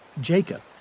Jacob